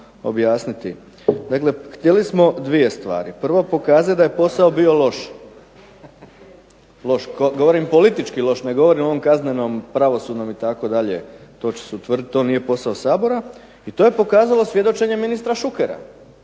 htjeli smo dvije stvari. Prvo pokazati da je posao bio loš. Govorim politički loš, ne govorim o ovom kaznenom, pravosudnom, itd. To će se utvrditi, to nije posao Sabora. I to je pokazalo svjedočenje ministra Šukera,